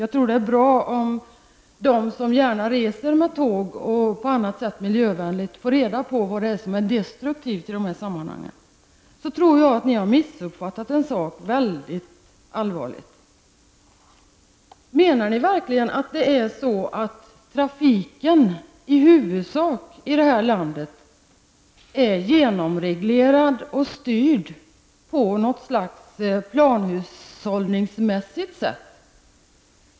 Jag tror att det är bra om de som gärna reser med tåg och på annat sätt miljövänligt får reda på vad det är som är destruktivt i de här sammanhangen. Så tror jag att ni har missuppfattat en sak mycket allvarligt. Menar ni verkligen att trafiken i det här landet i huvudsak är genomreglerad och styrd på något planhushållningsmässigt sätt?